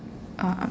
uh